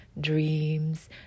dreams